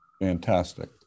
Fantastic